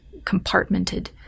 compartmented